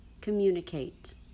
communicate